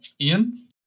Ian